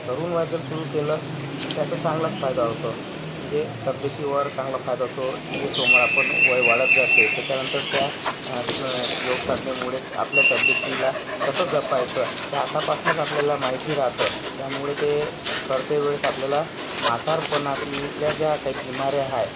तरुण वयात जर सुरू केलं तर त्याचा चांगलाच फायदा होतो म्हणजे तब्येतीवर चांगला फायदा होतो जे सोमवा आपण वय वाढत जाते त्याच्यानंतर त्या स योगसाधनेमुळे आपल्या तब्येतीला कसं जपायचं हे आत्तापासनंच आपल्याला माहिती राहतं त्यामुळे ते करतेवेळेस आपल्याला म्हातारपणातल्या ज्या काय बिमाऱ्या हाय